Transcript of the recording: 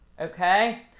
okay